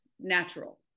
natural